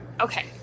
Okay